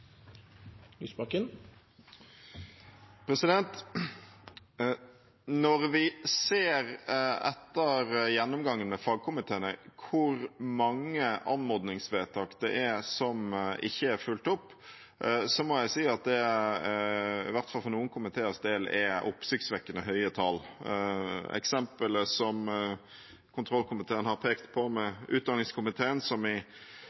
fulgt opp, må jeg si at det – i hvert fall for noen komiteers del – er oppsiktsvekkende høye tall. Eksempelet som kontrollkomiteen har pekt på med utdanningskomiteen, som rapporterer at regjeringen i